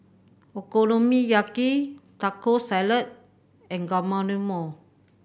Okonomiyaki Taco Salad and Guacamole